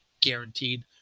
guaranteed